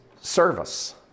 service